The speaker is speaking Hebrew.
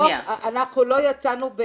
אנחנו לא יצאנו ב